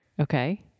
Okay